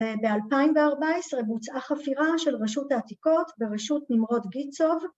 ‫ב-2014, בוצעה חפירה ‫של רשות העתיקות ברשות נמרוד גיצוב.